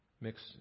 mixed